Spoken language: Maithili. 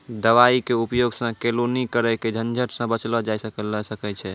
दवाई के उपयोग सॅ केलौनी करे के झंझट सॅ बचलो जाय ल सकै छै